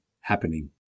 happening